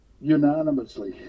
unanimously